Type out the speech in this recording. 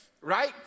right